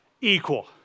Equal